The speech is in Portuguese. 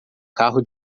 carro